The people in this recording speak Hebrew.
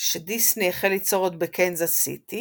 שדיסני החל ליצור עוד בקנזס סיטי